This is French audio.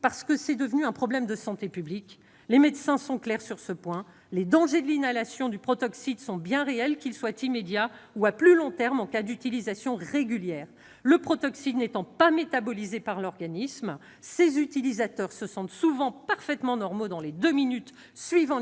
parce que c'est devenu un problème de santé publique. Les médecins sont clairs sur ce point : les dangers de l'inhalation du protoxyde d'azote sont bien réels, qu'ils soient immédiats ou à plus long terme en cas d'utilisation régulière. Le protoxyde d'azote n'étant pas métabolisé par l'organisme, ses utilisateurs se sentent souvent parfaitement normaux dans les deux minutes suivant l'inhalation,